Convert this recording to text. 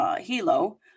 Hilo